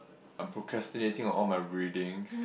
I'm procrastinating on all my readings